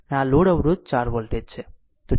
આમ આ લોડ અવરોધ 4 વોલ્ટેજ છે